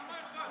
למה אחד?